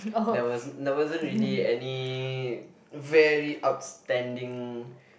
there was there wasn't really any very outstanding